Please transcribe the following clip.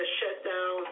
shutdown